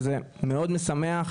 וזה מאוד משמח.